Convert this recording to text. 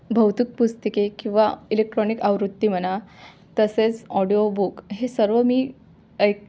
भौतिक पुस्तके किंवा इलेक्ट्रॉनिक आवृत्ती म्हणा तसेच ऑडिओ बुक हे सर्व मी ऐक